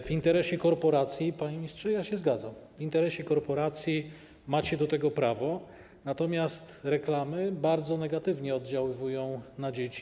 W interesie korporacji, panie ministrze, zgadzam się, w interesie korporacji macie do tego prawo, natomiast reklamy bardzo negatywnie oddziałują na dzieci.